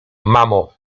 mamo